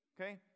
okay